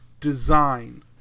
Design